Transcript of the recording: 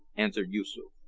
answered yoosoof.